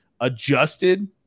adjusted